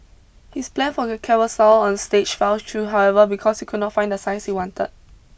his plan for a carousel on stage fell through however because he could not find the size he wanted